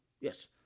yes